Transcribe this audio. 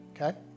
Okay